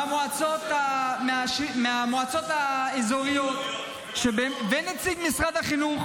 מהמועצות האזוריות ונציג משרד החינוך,